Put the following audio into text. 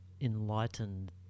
enlightened